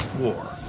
war.